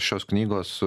šios knygos